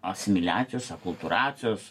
asimiliacijas akultūracijas